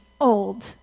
old